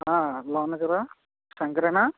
ఎలా ఉంది గురు శంకరేనా